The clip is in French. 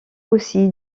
aussi